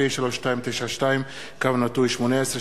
פ/3292/18,